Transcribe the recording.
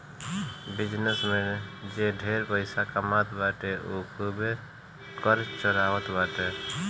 business में जे ढेर पइसा कमात बाटे उ खूबे कर चोरावत बाटे